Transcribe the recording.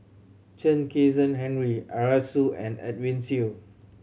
Chen Kezhan Henri Arasu and Edwin Siew